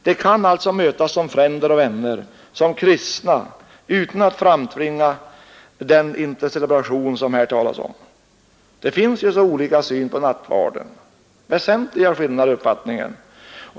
De kan alltså mötas som fränder och vänner, som kristna, utan att framtvinga den intercelebration som det här talas om. Det finns ju så olika syn på nattvarden, ja, väsentliga skillnader i uppfattning.